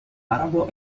arabo